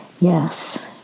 yes